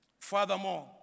Furthermore